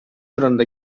oranında